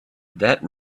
that